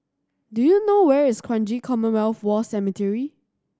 do you know where is Kranji Commonwealth War Cemetery